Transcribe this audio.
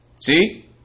See